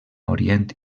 orient